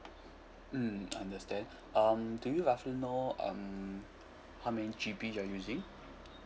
mm understand um do you roughly know um how many G_B you're using